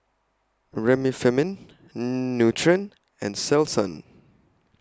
Remifemin Nutren and Selsun